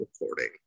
Recording